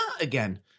again